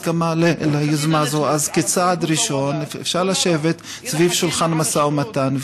אם יש הסכמה ליוזמה הזאת אז כצעד ראשון אפשר לשבת סביב שולחן המשא ומתן.